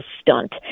stunt